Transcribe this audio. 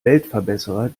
weltverbesserer